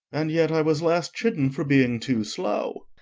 and yet i was last chidden for being too slow.